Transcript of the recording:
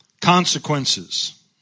consequences